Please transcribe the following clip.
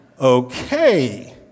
Okay